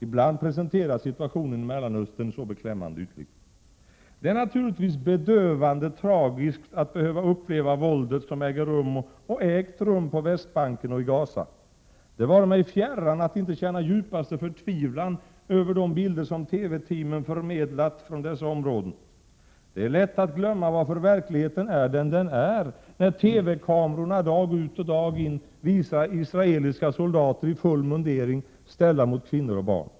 Ibland presenteras situationen i Mellanöstern så beklämmande ytligt. Det är naturligtvis bedövande tragiskt att behöva uppleva våldet som äger rum och har ägt rum på Västbanken och i Gaza. Det vore mig fjärran att inte känna djupaste förtvivlan över de bilder som TV-teamen förmedlat från dessa områden. Det är lätt att glömma varför verkligheten är den den är, när TV-kamerorna dag ut och dag in visar israeliska soldater i full mundering ställda mot kvinnor och barn.